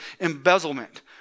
embezzlement